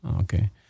Okay